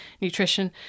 nutrition